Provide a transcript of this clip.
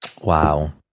Wow